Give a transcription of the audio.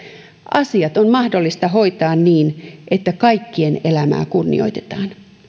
asiat on mahdollista hoitaa niin että kaikkien elämää kunnioitetaan